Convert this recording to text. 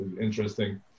interesting